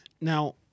Now